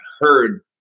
heard